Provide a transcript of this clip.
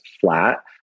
flat